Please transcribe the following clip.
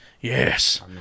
Yes